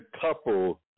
couple